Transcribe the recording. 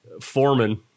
Foreman –